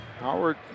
Howard